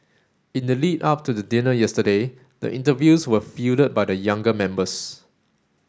in the lead up to the dinner yesterday the interviews were fielded by the younger members